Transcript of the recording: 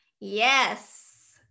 Yes